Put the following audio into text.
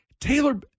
Taylor